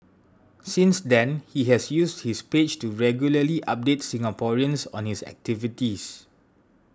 since then he has used his page to regularly update Singaporeans on his activities